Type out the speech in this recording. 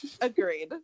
agreed